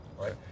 Right